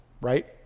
right